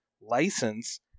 license